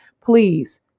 please